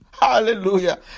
hallelujah